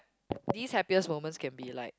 this happiest moment can be like